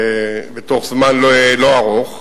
בתוך זמן לא ארוך.